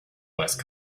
west